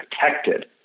protected